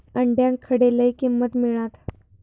अंड्याक खडे लय किंमत मिळात?